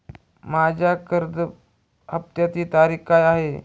माझ्या कर्ज हफ्त्याची तारीख काय आहे?